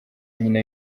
nyina